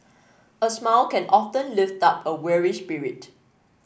a smile can often lift up a weary spirit